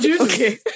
Okay